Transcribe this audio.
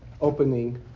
opening